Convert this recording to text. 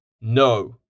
No